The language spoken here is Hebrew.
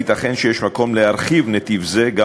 ייתכן שיש מקום להרחיב נתיב זה גם